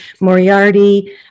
Moriarty